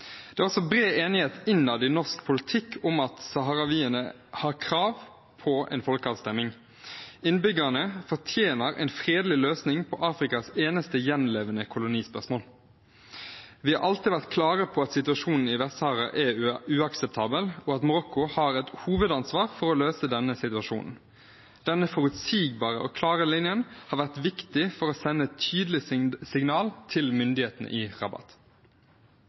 Det er også bred enighet innad i norsk politikk om at saharawiene har krav på en folkeavstemning. Innbyggerne fortjener en fredelig løsning på Afrikas eneste gjenlevende kolonispørsmål. Vi har alltid vært klare på at situasjonen i Vest-Sahara er uakseptabel, og at Marokko har et hovedansvar for å løse denne situasjonen. Denne forutsigbare og klare linjen har vært viktig for å sende et tydelig signal til myndighetene i